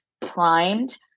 primed